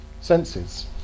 senses